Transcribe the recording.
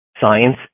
science